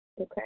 Okay